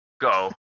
Go